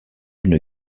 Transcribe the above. une